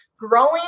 Growing